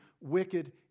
wicked